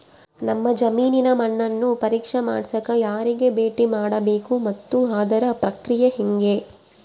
ನಮ್ಮ ಜಮೇನಿನ ಮಣ್ಣನ್ನು ಪರೇಕ್ಷೆ ಮಾಡ್ಸಕ ಯಾರಿಗೆ ಭೇಟಿ ಮಾಡಬೇಕು ಮತ್ತು ಅದರ ಪ್ರಕ್ರಿಯೆ ಹೆಂಗೆ?